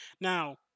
Now